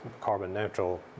carbon-neutral